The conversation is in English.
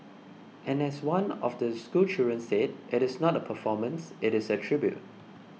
and as one of the schoolchildren said it is not a performance it is a tribute